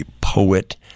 poet